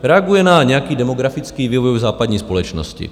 Reaguje na nějaký demografický vývoj v západní společnosti.